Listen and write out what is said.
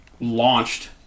launched